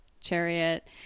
Chariot